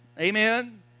Amen